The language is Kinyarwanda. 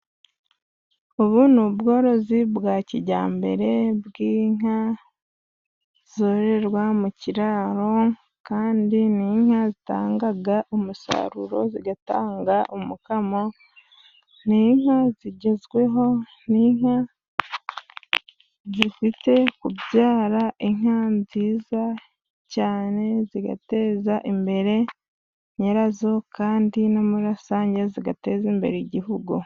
Ubu ni ubworozi bwa kijyambere bw'inka zororerwa mu kiraro. Kandi ni inka zitanga umusaruro. Zitanga umukamo. Ni inka zigezweho, ni inka zifite kubyara, inka nziza cyane, zigateza imbere nyirazo, kandi no muri rusange zigateza imbere Igihugu.